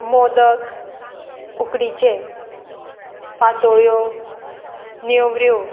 मोदक उकडीचे पातोळ्यो नेवऱ्यो